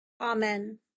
Amen